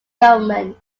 government